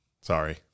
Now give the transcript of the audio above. Sorry